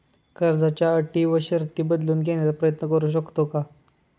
कर्जाच्या अटी व शर्ती बदलून घेण्याचा प्रयत्न करू शकतो का?